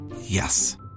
Yes